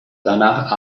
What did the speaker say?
danach